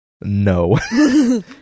No